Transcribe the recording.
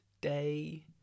day